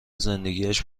زندگیاش